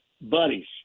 buddies